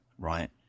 right